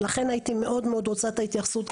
לכן הייתי מאוד מאוד רוצה את ההתייחסות.